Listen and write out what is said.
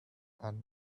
and